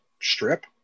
strip